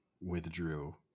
withdrew